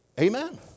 Amen